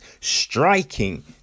striking